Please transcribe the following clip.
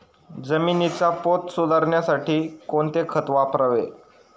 जमिनीचा पोत सुधारण्यासाठी कोणते खत वापरावे?